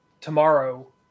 tomorrow